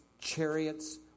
chariots